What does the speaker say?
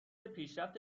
پیشرفت